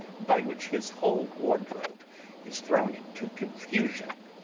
by which his whole wardrobe is thrown into confusion.